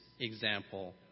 Example